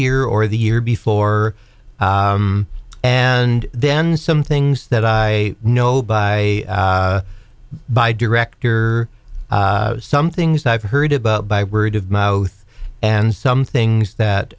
year or the year before and then some things that i know by by director some things i've heard about by word of mouth and some things that